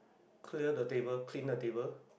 clear the table clean the table